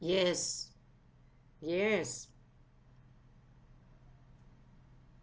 yes yes